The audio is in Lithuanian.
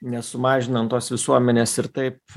nesumažinant tos visuomenės ir taip